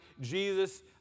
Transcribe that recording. Jesus